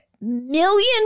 million